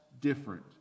different